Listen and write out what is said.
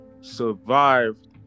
survived